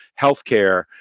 healthcare